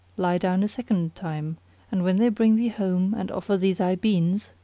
lie down a second time and when they bring thee home and offer thee thy beans,